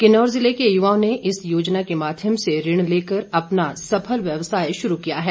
किन्नौर जिले के युवाओं ने इस योजना के माध्यम से ऋण लेकर अपना सफल व्यवसाय शुरू किया है